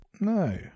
No